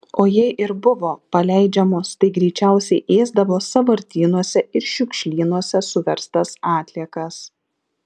o jei ir buvo paleidžiamos tai greičiausiai ėsdavo sąvartynuose ir šiukšlynuose suverstas atliekas